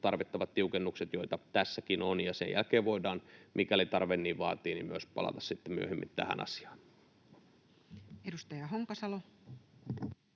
tarvittavat tiukennukset, joita tässäkin on. Sen jälkeen voidaan, mikäli tarve niin vaatii, myös palata sitten myöhemmin tähän asiaan. [Speech 169]